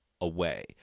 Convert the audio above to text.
away